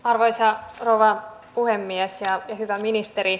arvoisa rouva puhemies ja hyvä ministeri